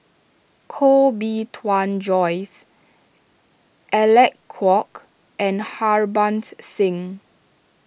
Koh Bee Tuan Joyce Alec Kuok and Harbans Singh